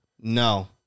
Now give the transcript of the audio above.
no